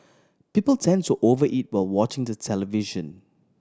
people tend to over eat while watching the television